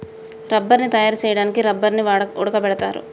రబ్బర్ని తయారు చేయడానికి రబ్బర్ని ఉడకబెడతారు